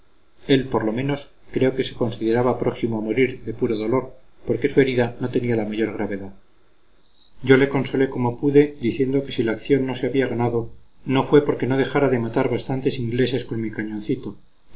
él por lo menos creo que se consideraba próximo a morir de puro dolor porque su herida no tenía la menor gravedad yo le consolé como pude diciendo que si la acción no se había ganado no fue porque yo dejara de matar bastante ingleses con mi cañoncito